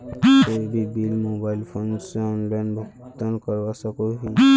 कोई भी bill mobile phone से ऑनलाइन भुगतान करवा सकोहो ही?